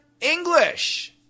English